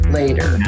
later